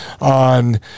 on